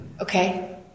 Okay